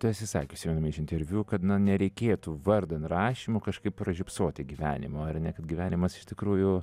tu esi sakiusi viename iš interviu kad nereikėtų vardan rašymo kažkaip pražiopsoti gyvenimo ar ne kad gyvenimas iš tikrųjų